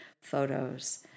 photos